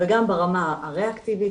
וגם ברמה הריאקטיבית.